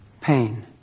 Pain